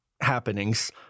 happenings